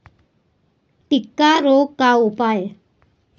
टिक्का रोग का उपाय?